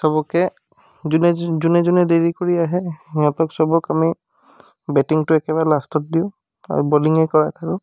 চবকে যোনে যোনে দেৰি কৰি আহে সিহঁতক চবক আমি বেটিংটো একদম লাষ্টত দিওঁ আৰু বলিঙে কৰাই থাকোঁ